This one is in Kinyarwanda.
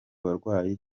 barwayi